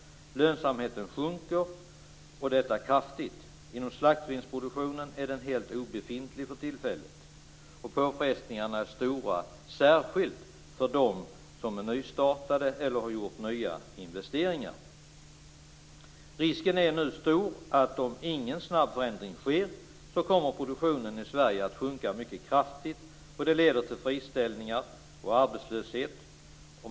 Lönsamheten sjunker, och detta kraftigt. Inom slaktsvinsproduktionen är den helt obefintlig för tillfället, och påfrestningarna är stora, särskilt för dem som är nystartade eller som har gjort nya investeringar. Risken är nu stor att om ingen snabb förändring sker, kommer produktionen i Sverige att sjunka mycket kraftigt. Det leder till friställningar och arbetslöshet.